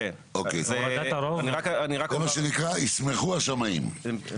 זה מה שנקרא, ישמחו השמאים.